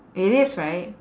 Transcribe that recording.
it is right